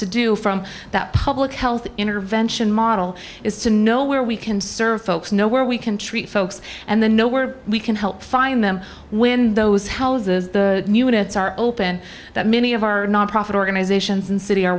to do from that public health intervention model is to know where we can serve folks know where we can treat folks and then know where we can help find them when those houses the new units are open that many of our nonprofit organizations and city are